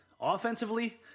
Offensively